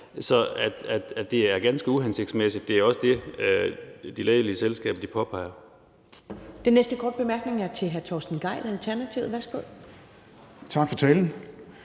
at det er ganske uhensigtsmæssigt. Det er også det, de lægelige selskaber påpeger.